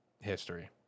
history